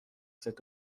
cet